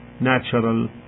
natural